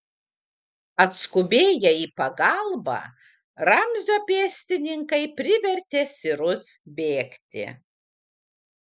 atskubėję į pagalbą ramzio pėstininkai privertė sirus bėgti